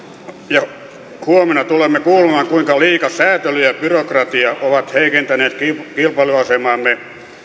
ja huomenna tulemme kuulemaan liika säätely ja byrokratia ovat heikentäneet kilpailuasemaamme